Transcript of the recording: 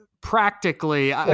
practically